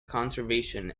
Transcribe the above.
conservation